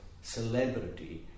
celebrity